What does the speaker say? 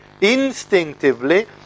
instinctively